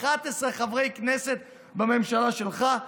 11 חברי כנסת בממשלה שלך.